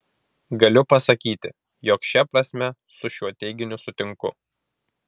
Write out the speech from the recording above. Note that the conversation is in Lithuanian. galiu pasakyti jog šia prasme su šiuo teiginiu sutinku